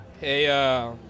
hey